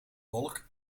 wolk